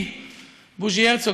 ידידי בוז'י הרצוג,